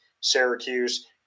Syracuse